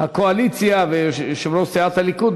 הקואליציה ויושב-ראש סיעת הליכוד,